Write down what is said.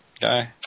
guy